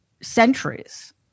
centuries